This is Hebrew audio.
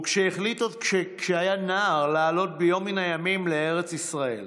החליט עוד כשהיה נער לעלות ביום מן הימים לארץ ישראל.